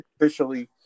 officially